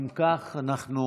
אם כך, אנחנו